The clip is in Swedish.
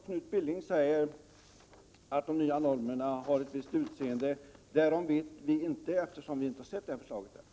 Knut Billing säger att de nya normerna har ett visst utseende. Därom vet vi intet, eftersom vi inte har sett förslaget ännu.